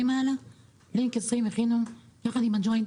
לינק 20 הכינו ביחד עם הג'וינט